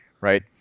right